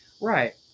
Right